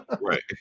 right